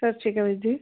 ਸਤਿ ਸ਼੍ਰੀ ਅਕਾਲ ਵੀਰ ਜੀ